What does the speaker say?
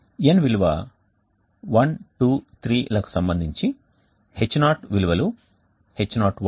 N విలువ 123 లకు సంబంధించి H0 విలువలు H0 H0